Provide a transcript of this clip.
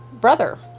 brother